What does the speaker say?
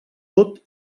tot